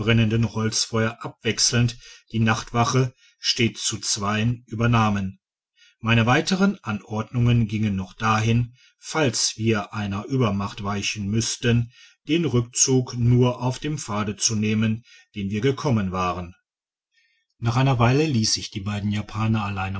holzfeuer abwechselnd die nachtwache stets zu zweien tibernahmen meine weiteren anordnungen gingen noch dahin falls wir einer uebermacht weichen müssten den rückzug nur auf dem pfade zu nehmen den wir gekommen waren digitized by google nach einer weile liess ich die beiden japaner allein